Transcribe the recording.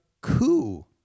coup